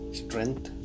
strength